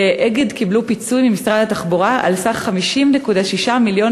"אגד" קיבלה ממשרד התחבורה פיצוי של 50.6 מיליון